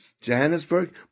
Johannesburg